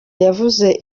yavuze